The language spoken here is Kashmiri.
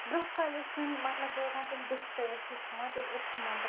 برونٛہہ کالہِ اوس سیُن مطلب روزان تِم ڈُپٹہٕ ٲسس تھاوان تیٚلہِ اوس نہٕ مطلب